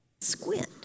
squint